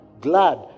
glad